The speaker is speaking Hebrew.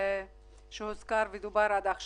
המשק והמסגרות לא קיבלו